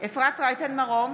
אפרת רייטן מרום,